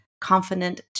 Confident